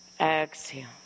exhale